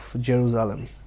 Jerusalem